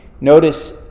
Notice